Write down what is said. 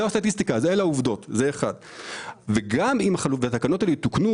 גם אם התקנות הללו יתוקנו,